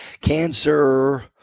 cancer